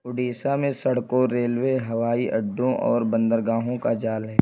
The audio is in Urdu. اڑیسہ میں سڑکوں ریلوے ہوائی اڈوں اور بندرگاہوں کا جال ہے